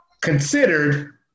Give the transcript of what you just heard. considered